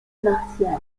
martial